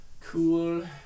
cool